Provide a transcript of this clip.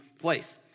place